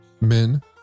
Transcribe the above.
Men